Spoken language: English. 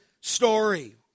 story